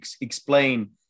explain